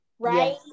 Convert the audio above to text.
Right